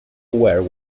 aware